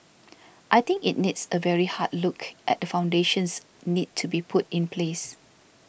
I think it needs a very hard look at the foundations need to be put in place